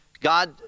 God